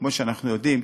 כמו שאנחנו יודעים,